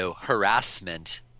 harassment